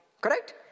correct